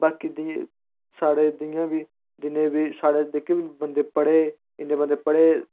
ते बाकी जि'यां बी साढ़े जिन्ने बी जेह्के बंदे पढ़े इन्ने बंदे पढ़े